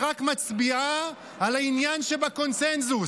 היא רק מצביעה על העניין שבקונסנזוס.